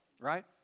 right